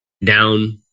Down